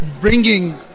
bringing